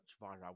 via